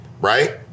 right